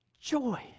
Joy